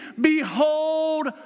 Behold